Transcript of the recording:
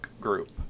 group